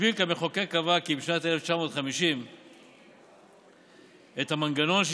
אסביר כי המחוקק קבע כבר בשנת 1950 את המנגנון של